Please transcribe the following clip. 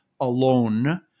alone